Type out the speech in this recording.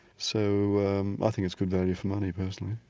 so i think it's good value for money personally,